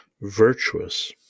virtuous